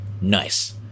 Nice